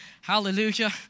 Hallelujah